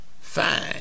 fine